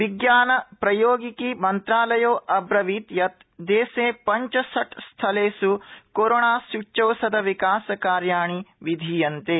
विज्ञान प्रौद्योगिकि मन्त्रालयो अब्रवीत् यत् देशे पंच षट स्थलेष् कोरोणा सूच्यौषध विकास कार्याणि विधीयन्ते